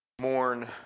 mourn